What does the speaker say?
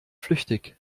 flüchtig